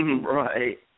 Right